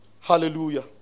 Hallelujah